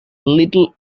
little